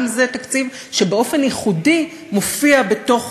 גם זה תקציב שבאופן ייחודי מופיע בתוך